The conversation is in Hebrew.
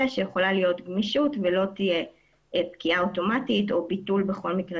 שיכולה להיות גמישות ולא תהיה פקיעה אוטומטית או ביטול בכל מקרה